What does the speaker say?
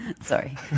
Sorry